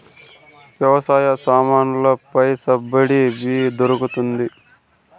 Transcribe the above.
వ్యవసాయ సామాన్లలో పై సబ్సిడి దొరుకుతుందా?